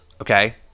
okay